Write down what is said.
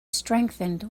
strengthened